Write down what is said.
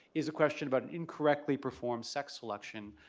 is a question about an incorrectly performed sex selection,